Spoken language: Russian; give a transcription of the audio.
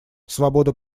свобода